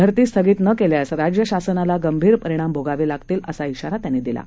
भरती स्थगित न केल्यास राज्य शासनाला गंभीर परिणाम भोगावे लागतील असा शाराही त्यांनी दिला आहे